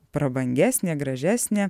prabangesnė gražesnė